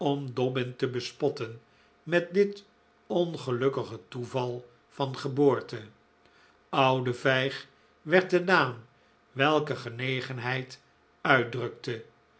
te bespotten met dit ongelukkige toeval van geboorte ouwe vijg werd een naam welke genegenheid uitdrukte